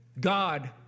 God